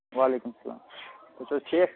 وَعلیکُم سَلام تۄہہِ چھُو حظ ٹھیٖک